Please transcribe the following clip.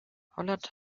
holland